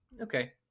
Okay